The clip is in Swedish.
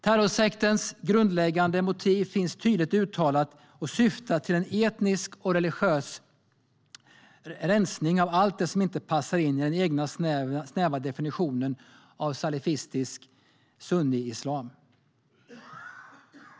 Terrorsektens grundläggande motiv finns tydligt uttalat och syftar till en etnisk och religiös rensning av allt det som inte passar in i den egna snäva definitionen av salifistisk sunniislam.